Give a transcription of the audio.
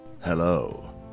Hello